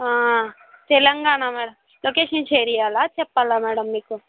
Telangana madam location share చేయాలా చెప్పాలా madam మీకు